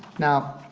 now,